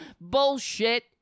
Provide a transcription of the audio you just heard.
Bullshit